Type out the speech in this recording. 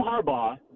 Harbaugh